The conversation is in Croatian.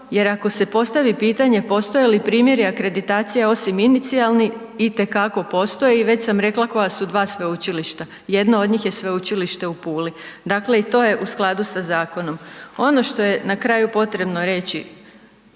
jer ako se postavi pitanje postoje li primjeri akreditacije osim inicijalni, itekako postoji, već sam rekla koja su dva sveučilišta, jedno od njih je Sveučilište u Puli, dakle i to je u skladu sa zakonom. Ono što je na kraju potrebno reći